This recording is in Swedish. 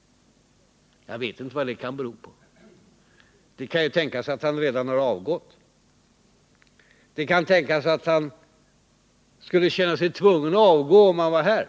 Jag vet inte vad det kan bero på. Det kan tänkas att han redan avgått. Det kan tänkas att han skulle känna sig tvungen att avgå om han vore här.